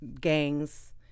gangs